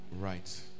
Right